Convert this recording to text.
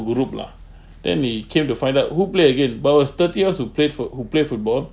group lah then he came to find out who played again but it was thirty of us who played foot who played football